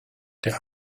der